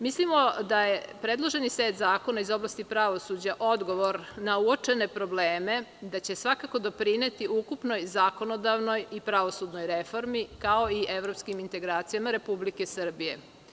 Mislimo da je predloženi set zakona iz oblasti pravosuđa odgovor na uočene probleme, da će svakako doprineti ukupnoj zakonodavnoj i pravosudnoj reformi, kao i evropskim integracijama Republike Srbije.